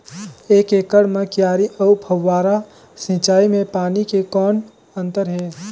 एक एकड़ म क्यारी अउ फव्वारा सिंचाई मे पानी के कौन अंतर हे?